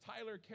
Tyler